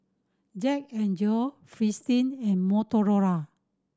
Jack N Jill Fristine and Motorola